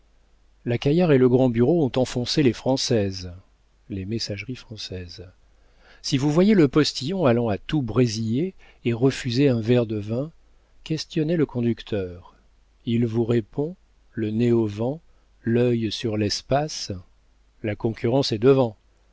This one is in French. la caillard et le grand bureau ont enfoncé les françaises les messageries françaises si vous voyez le postillon allant à tout brésiller et refuser un verre de vin questionnez le conducteur il vous répond le nez au vent l'œil sur l'espace la concurrence est devant